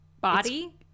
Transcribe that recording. Body